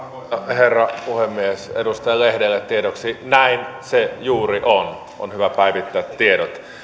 herra puhemies edustaja lehdelle tiedoksi näin se juuri on on hyvä päivittää tiedot